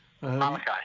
Malachi